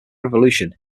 revolution